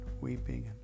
weeping